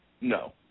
No